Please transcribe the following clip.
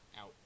out